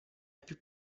più